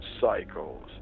cycles